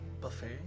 buffet